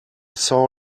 saw